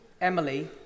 Emily